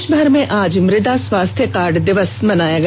देशभर में आज मृदा स्वास्थ्य कार्ड दिवस मनाया गया